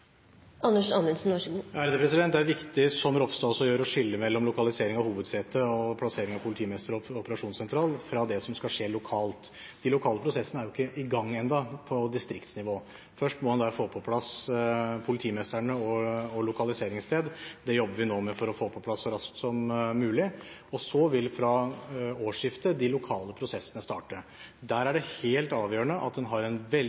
Det er viktig, som Ropstad også gjør, å skille lokalisering av hovedseter og plassering av politimester og operasjonssentral fra det som skal skje lokalt. De lokale prosessene er jo ikke i gang ennå på distriktsnivå. Først må en der få på plass politimestrene og lokaliseringssted. Det jobber vi nå med å få på plass så raskt som mulig, og så vil de lokale prosessene starte fra årsskiftet. Der er det helt avgjørende at en har en